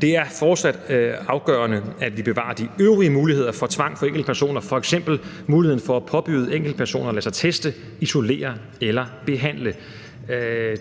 Det er fortsat afgørende, at vi bevarer de øvrige muligheder for tvang over for enkeltpersoner, f.eks. muligheden for at påbyde enkeltpersoner at lade sig teste, isolere eller behandle.